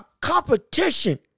competition